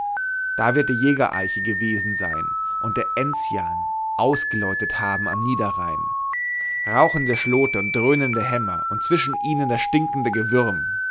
da wird die jägereiche gewesen sein und der enzian ausgeläutet haben am niederrhein rauchende schlote und dröhnende hämmer und zwischen ihnen das stinkende gewürm